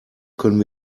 können